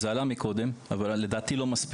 זה עלה מקודם אבל יש לדבר על זה יותר,